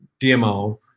DMO